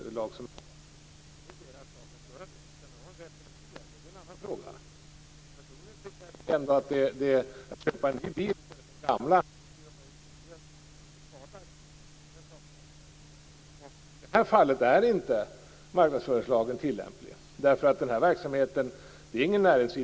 Det är deras rätt att göra det. Om de sedan har rätt eller fel är en annan fråga. Personligen tycker jag att man i varje fall skadar miljön mindre med en ny bil i stället för en gammal. Den saken är alldeles klar. I det här fallet är inte marknadsföringslagen tilllämplig, eftersom det inte är någon näringsidkare som gör reklam för sin produkt.